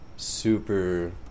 super